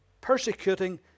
persecuting